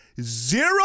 zero